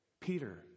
peter